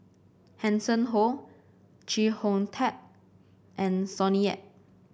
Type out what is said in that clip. Hanson Ho Chee Hong Tat and Sonny Yap